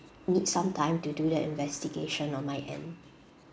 need some time to do that investigation on my end